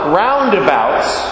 roundabouts